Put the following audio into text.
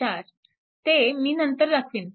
4 ते मी नंतर दाखवीन